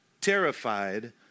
terrified